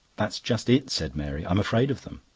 that's just it, said mary. i'm afraid of them.